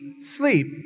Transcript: sleep